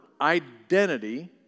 identity